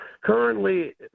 Currently